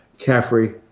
Caffrey